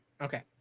Okay